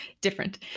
different